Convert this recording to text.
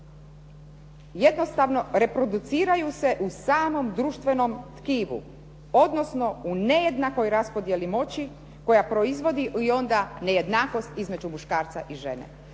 jednostavno reproduciraju se u samom društvenom tkivu. Odnosno u nejednakoj raspodjeli moći koja proizvodi nejednakost između muškarca i žene.